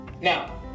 Now